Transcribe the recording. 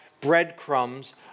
breadcrumbs